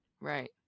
right